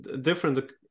different